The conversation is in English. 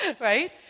right